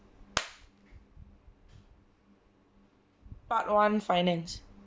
part one finance